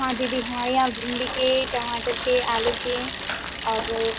हाँ दीदी हाँ यहाँ भिंडी के टमाटर के आलू के और